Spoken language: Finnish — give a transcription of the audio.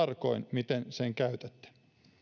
miten sen käytätte